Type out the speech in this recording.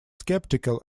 sceptical